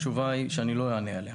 התשובה היא שלא אענה.